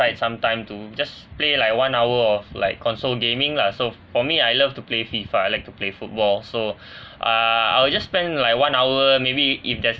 some time to just play like one hour of like console gaming lah so for me I love to play fifa I like to play football so uh I will just spend like one hour maybe if there's